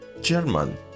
German